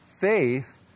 faith